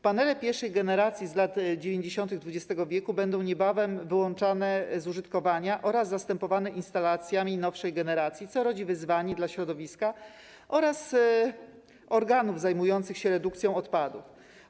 Panele pierwszej generacji z lat 90. XX w. będą niebawem wyłączane z użytkowania oraz zastępowane instalacjami nowszej generacji, co rodzi wyzwanie dla środowiska oraz organów zajmujących się redukcją odpadów.